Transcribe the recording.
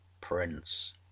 prince